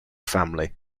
family